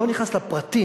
אני לא נכנס לפרטים,